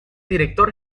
director